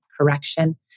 correction